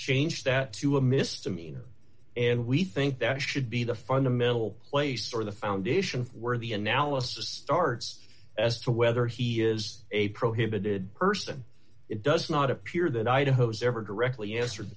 changed that to a misdemeanor and we think that should be the fundamental place or the foundation for where the analysis starts as to whether he is a prohibited person it does not appear that i'd hose ever directly answer the